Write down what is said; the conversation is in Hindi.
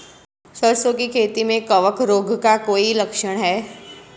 सरसों की खेती में कवक रोग का कोई लक्षण है?